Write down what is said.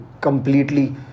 completely